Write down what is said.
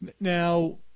Now